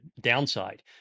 downside